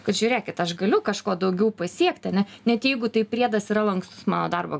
kad žiūrėkit aš galiu kažko daugiau pasiekti ane net jeigu tai priedas yra lankstus mano darbo